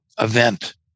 event